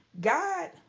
God